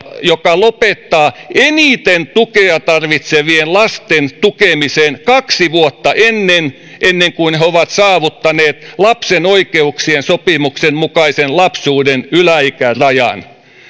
joka lopettaa eniten tukea tarvitsevien lasten tukemisen kaksi vuotta ennen ennen kuin he ovat saavuttaneet lapsen oikeuksien sopimuksen mukaisen lapsuuden yläikärajan